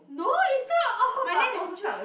no is not all about andrew